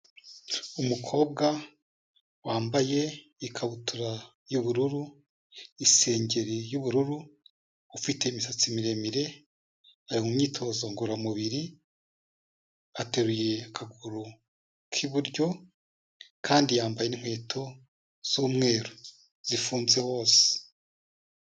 Umukobwa wambaye ikabutura y'ubururu isengeri y'ubururu, ufite imisatsi miremire, ari mu myitozo ngororamubiri, ateruye akaguru k'iburyo kandi yambaye n'inkweto z'umweru zifunze hose.